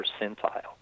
percentile